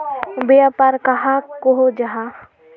व्यापार कहाक को जाहा?